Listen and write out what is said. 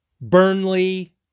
Burnley